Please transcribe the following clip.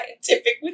scientific